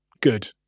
Good